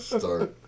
start